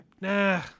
nah